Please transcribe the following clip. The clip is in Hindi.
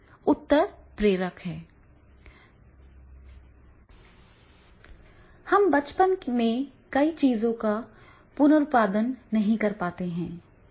उत्तर प्रेरक है हम बचपन में कई चीजों का पुनरुत्पादन नहीं कर पाते हैं